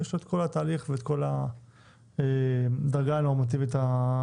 יש לו את כל התהליך ואת כל הדרגה הנורמטיבית שונה.